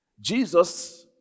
jesus